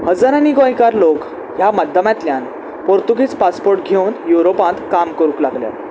हजारांनी गोंयकार लोक ह्या माध्यमांतल्यान पोर्तुगीज पासपोर्ट घेवन युरोपांत काम करूंक लागल्यात